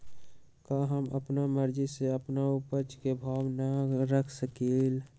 का हम अपना मर्जी से अपना उपज के भाव न रख सकींले?